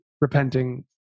repenting